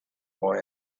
boy